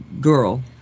girl